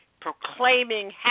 proclaiming